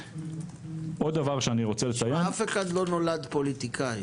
שמע, אף אחד לא נולד פוליטיקאי.